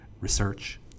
research